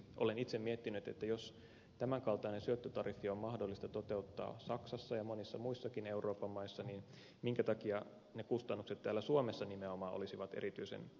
olen itse miettinyt että jos tämän kaltainen syöttötariffi on mahdollista toteuttaa saksassa ja monissa muissakin euroopan maissa niin minkä takia ne kustannukset nimenomaan täällä suomessa olisivat erityisen suuria